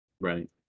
Right